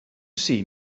see